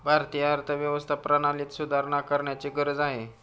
भारतीय अर्थव्यवस्था प्रणालीत सुधारणा करण्याची गरज आहे